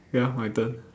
ya my turn